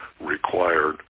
required